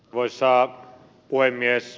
arvoisa puhemies